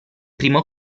primo